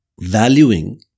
valuing